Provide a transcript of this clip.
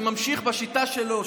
הוא ממשיך בשיטה שלו,